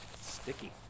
Sticky